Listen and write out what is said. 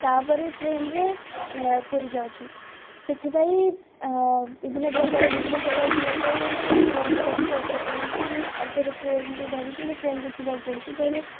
ତା'ପରେ ଟ୍ରେନ୍ରେ ପୁରୀ ଯାଉଛୁ ସେଥିପାଇଁ ବିଭିନ୍ନ ପ୍ରକାର ବିଭିନ୍ନ ଜାଗାକୁ ଯିବା ପାଇଁ ଏଇଠୁ ବସ୍ କରିକି ଅଟୋ କରିକି ଆଉ ଥରେ ଟ୍ରେନ୍କୁ ଧରିକି ସେ ଟ୍ରେନ୍କୁ ଯିବାକୁ ପଡ଼ୁଛିି ତେଣୁ